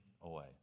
away